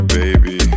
baby